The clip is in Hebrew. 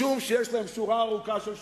משום שיש להם שורה ארוכה של שיקולים,